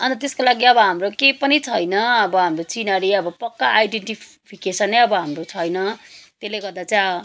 अन्त त्यसको लागि अब हाम्रो केही पनि छैन अब हाम्रो चिनारी अब पक्का आइडेन्टीफिकेसन नै अब हाम्रो छैन त्यसले गर्दा चाहिँ